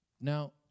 Now